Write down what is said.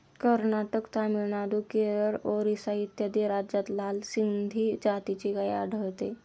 कर्नाटक, तामिळनाडू, केरळ, ओरिसा इत्यादी राज्यांत लाल सिंधी जातीची गाय आढळते